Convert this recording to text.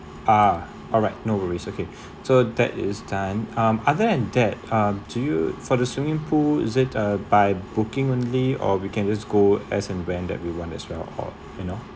ah alright no worries okay so that is done um other than that um do you for the swimming pool is it uh by booking only or we can just go as and when that we want as well or you know